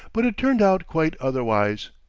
but it turned out quite otherwise.